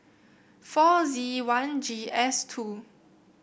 four Z one G S two